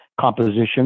composition